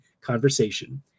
conversation